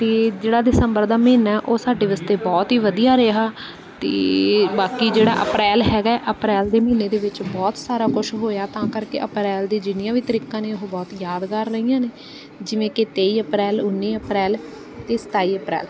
ਅਤੇ ਜਿਹੜਾ ਦਿਸੰਬਰ ਦਾ ਮਹੀਨਾ ਉਹ ਸਾਡੇ ਵਾਸਤੇ ਬਹੁਤ ਹੀ ਵਧੀਆ ਰਿਹਾ ਅਤੇ ਬਾਕੀ ਜਿਹੜਾ ਅਪ੍ਰੈਲ ਹੈਗਾ ਅਪ੍ਰੈਲ ਦੇ ਮਹੀਨੇ ਦੇ ਵਿੱਚ ਬਹੁਤ ਸਾਰਾ ਕੁਛ ਹੋਇਆ ਤਾਂ ਕਰਕੇ ਅਪ੍ਰੈਲ ਦੀਆਂ ਜਿੰਨੀਆਂ ਵੀ ਤਰੀਕਾਂ ਨੇ ਉਹ ਬਹੁਤ ਯਾਦਗਾਰ ਰਹੀਆਂ ਨੇ ਜਿਵੇਂ ਕਿ ਤੇਈ ਅਪ੍ਰੈਲ ਉੱਨੀ ਅਪ੍ਰੈਲ ਅਤੇ ਸਤਾਈ ਅਪ੍ਰੈਲ